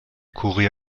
kurie